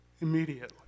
immediately